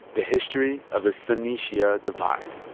the history of the sunni-shia divide